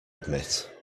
admit